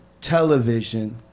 television